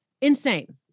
Insane